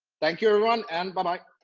thank you everyone and bye-bye.